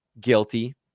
guilty